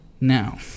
Now